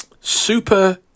super